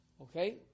Okay